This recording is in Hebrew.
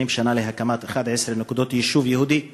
שנה להקמת 11 נקודות יישוב יהודי בנגב,